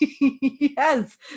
Yes